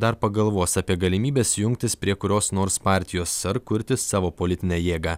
dar pagalvos apie galimybes jungtis prie kurios nors partijos ar kurti savo politinę jėgą